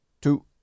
two